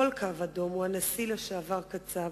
כל קו אדום, הוא הנשיא לשעבר קצב,